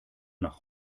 nach